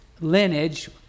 lineage